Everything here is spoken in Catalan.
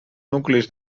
nuclis